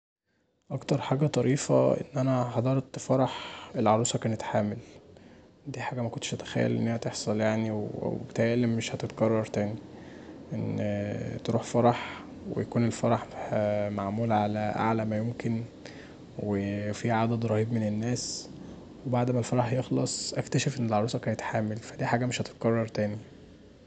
أكتر حاجه طريفت ان انا حضرت فرح العروسه كانت حامل، دي حاجه مكنتش اتخيل ان هي تحصل يعني وبيتهيألي مش هتتكرر تاني ان تروح فرح، ويكون معمول علي أعلي ما يمكن وفيه عدد رهيب من الناس وبعد ما الفرح يخلص اكتشف ان العروسه كانت حامل، فدي حاجه مش هتتكرر تاني.